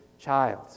child